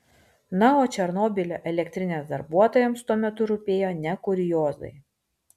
na o černobylio elektrinės darbuotojams tuo metu rūpėjo ne kuriozai